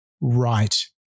right